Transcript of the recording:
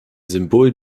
symbol